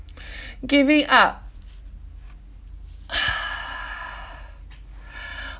giving up